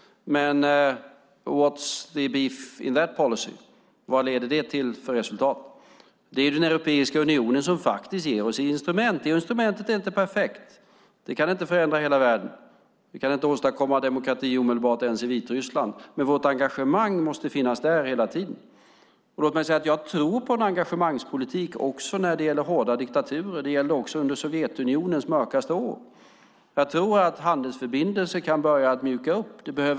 Men what's the beef in that policy? Vad leder det till för resultat? Det är Europeiska unionen som faktiskt ger oss instrument. Detta instrument är inte perfekt. Det kan inte förändra hela världen. Vi kan inte åstadkomma demokrati omedelbart ens i Vitryssland. Men vårt engagemang måste finnas där hela tiden. Jag tror på en engagemangspolitik också när det gäller hårda diktaturer. Det gällde också under Sovjetunionens mörkaste år. Jag tror att handelsförbindelser kan börja mjuka upp.